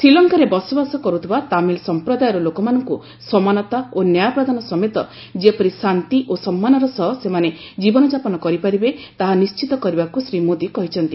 ଶ୍ରୀଲଙ୍କାରେ ବସବାସ କରୁଥିବା ତାମିଲ ସମ୍ପ୍ରଦାୟର ଲୋକମାନଙ୍କୁ ସମାନତା ଓ ନ୍ୟାୟ ପ୍ରଦାନ ସମେତ ଯେପରି ଶାନ୍ତି ଓ ସମ୍ମାନର ସହ ସେମାନେ ଜୀବନଯାପନ କରିପାରିବେ ତାହା ନିଶ୍ଚିତ କରିବାକୁ ଶ୍ରୀ ମୋଦୀ କହିଛନ୍ତି